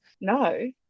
no